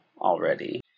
already